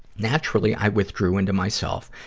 naturally, i withdrew into myself,